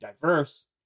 diverse